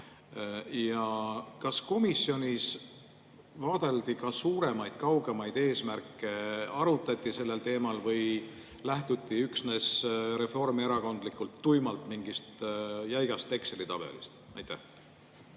Ja kas komisjonis vaadeldi ka suuremaid, kaugemaid eesmärke, arutati sellel teemal või lähtuti üksnes reformierakondlikult tuimalt mingist jäigast Exceli tabelist? Aitäh,